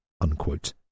Unquote